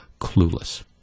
clueless